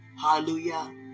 Hallelujah